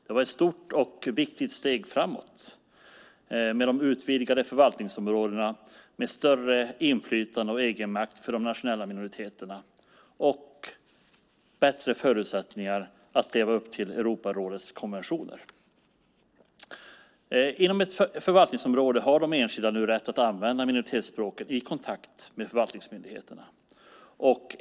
Det var ett stort och viktigt steg framåt med de utvidgade förvaltningsområdena med större inflytande och egenmakt för de nationella minoriteterna och bättre förutsättningar att leva upp till Europarådets konventioner. Inom ett förvaltningsområde har nu de enskilda rätt att använda minoritetsspråket i kontakt med förvaltningsmyndigheterna.